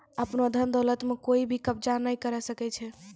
आपनो धन दौलत म कोइ भी कब्ज़ा नाय करै सकै छै